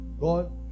God